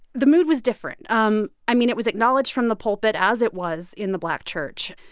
the mood was different. um i mean, it was acknowledged from the pulpit, as it was in the black church.